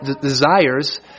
desires